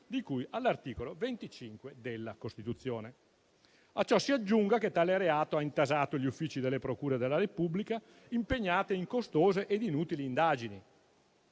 di cui all'articolo 25 della Costituzione. A ciò si aggiunga che tale reato ha intasato gli uffici delle procure della Repubblica, impegnate in costose e inutili indagini.